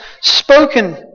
spoken